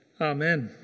Amen